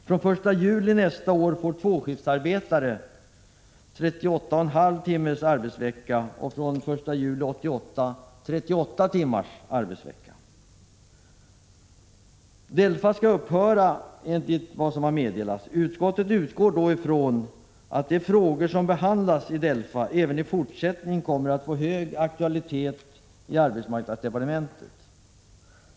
Från den 1 juli nästa år får tvåskiftsarbetande 38,5 timmars arbetsvecka och 38 timmar från den 1 juli 1988. DELFA skall upphöra, enligt vad som har meddelats. Utskottet utgår från att de frågor som behandlas i DELFA även i fortsättningen kommer att få hög aktualitet inom arbetsmarknadsdepartementet.